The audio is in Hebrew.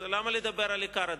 אז למה לדבר על עיקר הדברים?